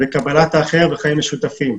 וקבלת האחר וחיים משותפים.